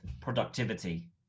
productivity